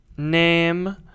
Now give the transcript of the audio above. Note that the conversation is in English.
name